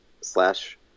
slash